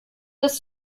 des